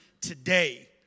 today